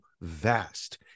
vast